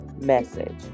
message